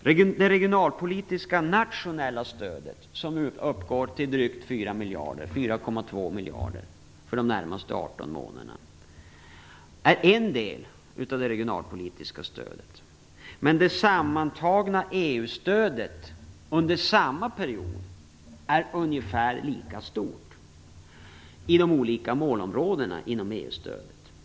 Det regionalpolitiska nationella stödet, som uppgår till 4,2 miljarder för de närmaste 18 månaderna, är en del av det regionalpolitiska stödet. Men det sammantagna EU-stödet under samma period är ungefär lika stort i de olika målområdena inom EU-stödet.